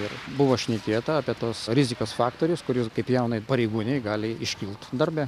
ir buvo šnekėta apie tuos rizikos faktorius kuris kaip jaunai pareigūnei gali iškilt darbe